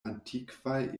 antikvaj